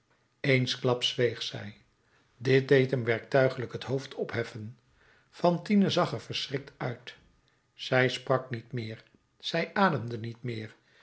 eensklaps zweeg zij dit deed hem werktuiglijk het hoofd opheffen fantine zag er verschrikt uit zij sprak niet meer zij ademde niet meer